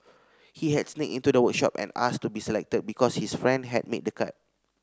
he had sneaked into the workshop and asked to be selected because his friend had made the cut